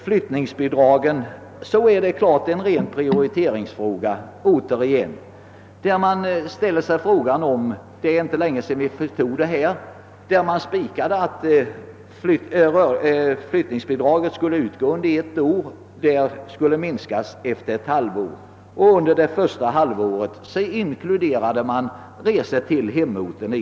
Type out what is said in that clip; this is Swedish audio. Flyttningsbidragen är å andra sidan en ren prioritetsfråga. Det var inte länge sedan vi fastställde att flyttningsbidraget skulle utgå under ett år men skulle minskas efter ett halvår. Vi beslöt vidare att under första halvåret i detta bidrag inkludera resor till hemorten.